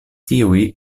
tiuj